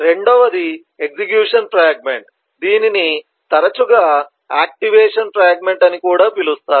రెండవది execution fragment దీనిని తరచుగా యాక్టివేషన్ ఫ్రాగ్మెంట్ అని కూడా పిలుస్తారు